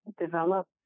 develop